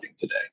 today